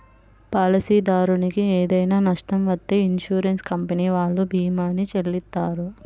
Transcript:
పాలసీదారునికి ఏదైనా నష్టం వత్తే ఇన్సూరెన్స్ కంపెనీ వాళ్ళు భీమాని చెల్లిత్తారు